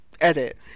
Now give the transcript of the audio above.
Edit